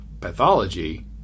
pathology